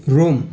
Rome